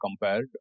compared